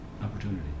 opportunity